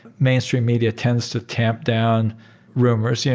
mainstream media tends to tamp down rumors. yeah